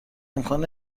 امکان